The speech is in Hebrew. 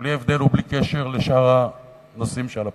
בלי הבדל ובלי קשר לשאר הנושאים שעל הפרק.